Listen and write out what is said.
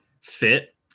fit